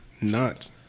nuts